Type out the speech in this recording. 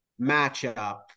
matchup